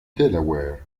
delaware